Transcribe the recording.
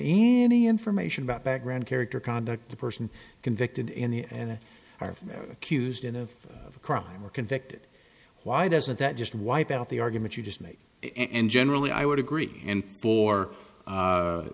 any information about background character conduct the person convicted in the and are accused of crimes were convicted why doesn't that just wipe out the argument you just made and generally i would agree and for